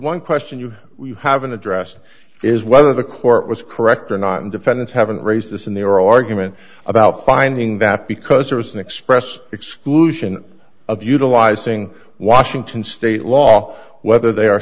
one question you haven't addressed is whether the court was correct or not and defendants haven't raised this in their argument about finding that because there is an express exclusion of utilising washington state law whether they